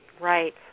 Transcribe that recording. Right